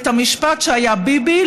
את המשפט שהיה: ביבי,